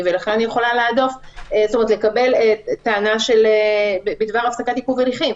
ולכן אני יכולה לקבל טענה בדבר הפסקת עיכוב הליכים.